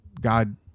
god